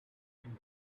and